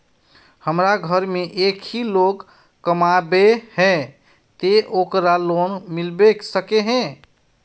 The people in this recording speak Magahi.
हमरा घर में एक ही लोग कमाबै है ते ओकरा लोन मिलबे सके है?